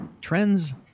trends